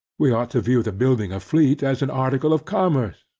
we ought to view the building a fleet as an article of commerce,